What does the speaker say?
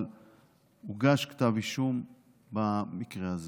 אבל הוגש כתב אישום במקרה הזה.